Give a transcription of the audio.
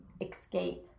escape